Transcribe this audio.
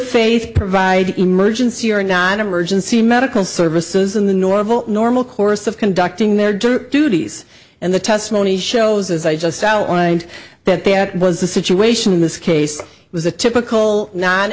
faith provide emergency or not emergency medical services in the normal normal course of conducting their duties and the testimony shows as i just outlined that there was a situation in this case it was a typical no